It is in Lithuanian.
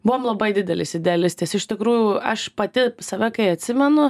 buvom labai didelės idealistės iš tikrųjų aš pati save kai atsimenu